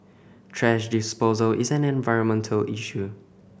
thrash disposal is an environmental issue